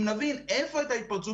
אם נבין איפה הייתה התפרצות,